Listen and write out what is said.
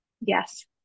Yes